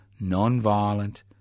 non-violent